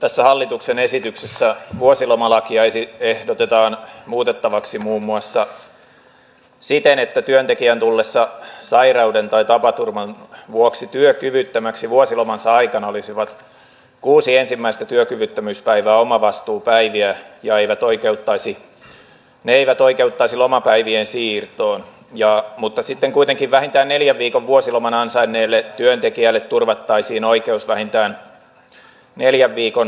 tässä hallituksen esityksessä vuosilomalakia ehdotetaan muutettavaksi muun muassa siten että työntekijän tullessa sairauden tai tapaturman vuoksi työkyvyttömäksi vuosilomansa aikana olisivat kuusi ensimmäistä työkyvyttömyyspäivää omavastuupäiviä ja ne eivät oikeuttaisi lomapäivien siirtoon mutta sitten kuitenkin vähintään neljän viikon vuosiloman ansainneelle työntekijälle turvattaisiin oikeus vähintään neljän viikon vuotuiseen vuosilomaan